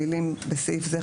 המילים "(בסעיף זה,